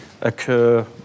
occur